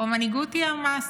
או מנהיגות היא על מעשים?